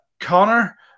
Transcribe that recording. Connor